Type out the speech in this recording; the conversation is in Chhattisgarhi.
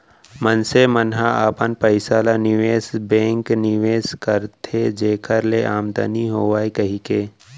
मनसे मन ह अपन पइसा ल निवेस बेंक निवेस करथे जेखर ले आमदानी होवय कहिके